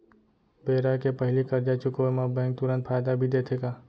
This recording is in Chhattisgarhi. बेरा के पहिली करजा चुकोय म बैंक तुरंत फायदा भी देथे का?